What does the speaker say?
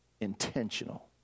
Intentional